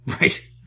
Right